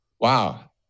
wow